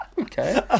Okay